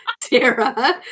Tara